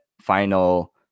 final